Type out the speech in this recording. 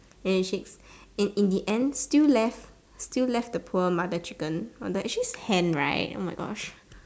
any chicks and in the end still left still left the mother chicken actually hen right oh my gosh